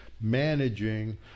managing